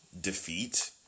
defeat